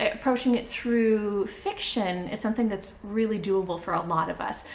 ah approaching it through fiction is something that's really doable for a lot of us,